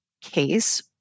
case